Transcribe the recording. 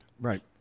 Right